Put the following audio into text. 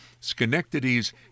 schenectady's